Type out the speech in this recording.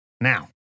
Now